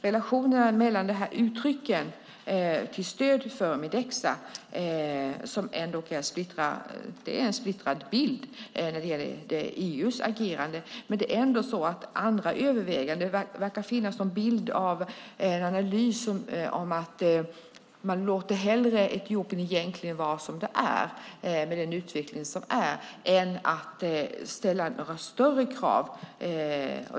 Relationerna mellan uttrycken till stöd för Mideksa ger en splittrad bild när det gäller EU:s agerande. Det finns ändå andra överväganden. Det verkar finnas en bild och en analys som säger att man hellre låter Etiopien vara som det är med den utveckling som sker än att ställa några större krav.